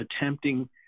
attempting